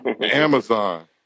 Amazon